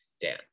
Dan